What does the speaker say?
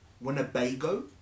Winnebago